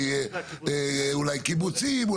אולי קיבוצים,